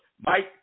Mike